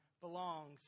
belongs